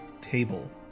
table